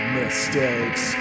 mistakes